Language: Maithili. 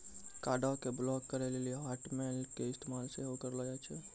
कार्डो के ब्लाक करे लेली हाटमेल के इस्तेमाल सेहो करलो जाय छै